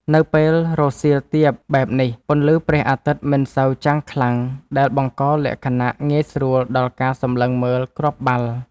នៅពេលរសៀលទាបបែបនេះ ពន្លឺព្រះអាទិត្យមិនសូវចាំងខ្លាំង ដែលបង្កលក្ខណៈងាយស្រួលដល់ការសម្លឹងមើលគ្រាប់បាល់។